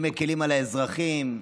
שמקילים על האזרחים,